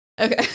Okay